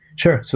sure. so